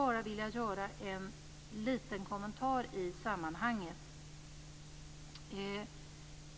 Jag vill göra en liten kommentar i sammanhanget.